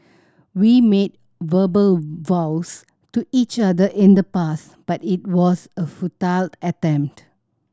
we made verbal vows to each other in the past but it was a futile attempt